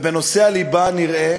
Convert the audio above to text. ובנושא הליבה נראה